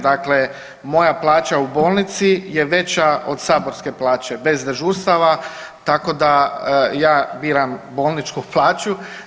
Dakle, moja plaća u bolnici je veća od saborske plaće bez dežurstava, tako da ja biram bolničku plaću.